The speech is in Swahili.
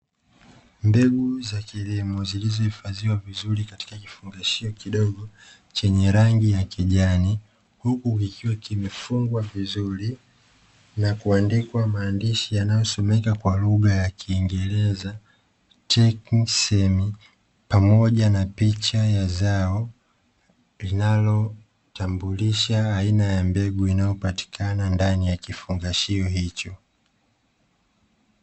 Mbegu za kilimo zilizohifadhiwa vizuri katika kifungashio kidogo chenye rangi ya kijani, huku kikiwa kimefungwa vizuri na kuandikwa maandishi yanayosomeka kwa lugha ya kiingereza,"TECHNISEM." Pamoja na picha ya zao linalotambulisha aina ya mbegu inayopatikana ndani ya kifungashio hicho.